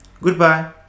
goodbye